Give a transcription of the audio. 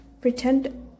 pretend